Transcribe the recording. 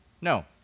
No